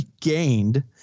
gained